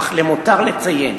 אך למותר לציין